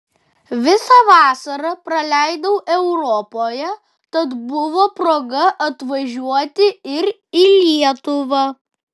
visą vasarą praleidau europoje tad buvo proga atvažiuoti ir į lietuvą